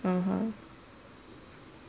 (uh huh)